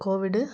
COVID